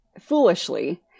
foolishly